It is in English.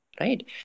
right